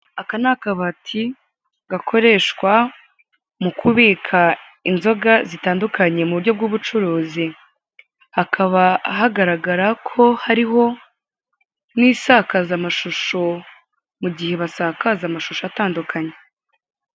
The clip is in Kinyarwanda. Aka ni akabati gakoreshwa mu kubika inzoga zitandukanye mu buryo bw'ubucuruzi, hakaba hagaragara ko hariho n'isakazamashusho mu gihe basakaza amashusho atandukanye.